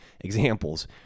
examples